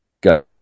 go